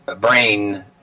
brain